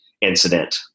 incident